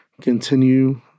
Continue